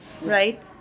right